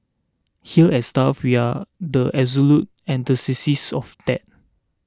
here at stuff we are the absolute antithesis of that